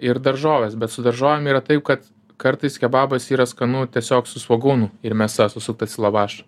ir daržovės bet su daržovėm yra taip kad kartais kebabas yra skanu tiesiog su svogūnu ir mėsa susuktas į lavašą